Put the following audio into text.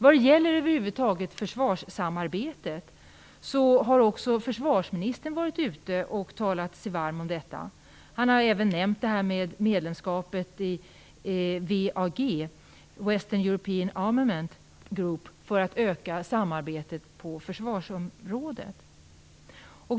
Vad gäller försvarssamarbetet över huvud taget har också försvarsministern varit ute och talat sig varm om detta. Han har även nämnt medlemskapet i WEAG, Western European Armaments Group, för att öka samarbetet på försvarsområdet.